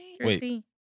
Wait